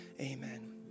Amen